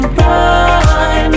run